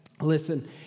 listen